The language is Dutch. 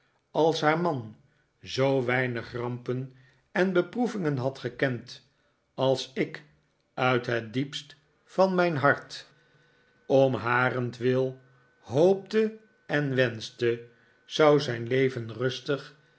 als haar man zoo weinig rampen en bepro evingen had gekend als ik uit het diepst van mijn hart om harentwille hoopte en wenschte zou zijn leven rustig